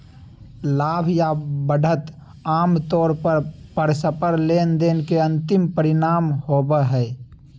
लाभ या बढ़त आमतौर पर परस्पर लेनदेन के अंतिम परिणाम होबो हय